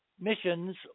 missions